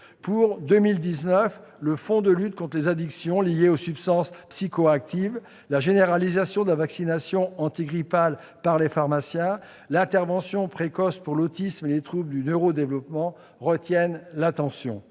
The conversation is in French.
Pour 2019, le fonds de lutte contre les addictions liées aux substances psychoactives, la généralisation de la vaccination antigrippale par les pharmaciens, l'intervention précoce pour l'autisme et les troubles du neuro-développement retiennent l'attention,